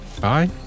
bye